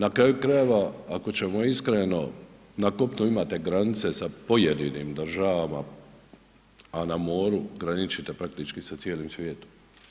Na kraju krajeva, ako ćemo iskreno, na kopnu imate granice sa pojedinim državama a na moru graničite praktički sa cijelim svijetom.